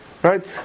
Right